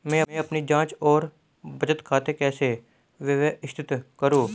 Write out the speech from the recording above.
मैं अपनी जांच और बचत खाते कैसे व्यवस्थित करूँ?